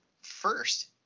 first